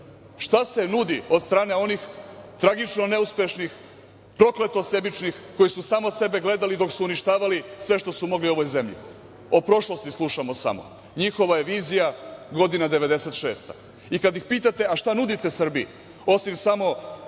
šta se nudi od strane onih tragično neuspešnih, prokleto sebičnih koji su samo sebe gledali dok su uništavali sve što su mogli u ovoj zemlji, o prošlosti slušamo samo. Njihova je vizija, godina 1996.I kad ih pitate – šta nudite Srbiji? Osim, samo